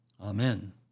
Amen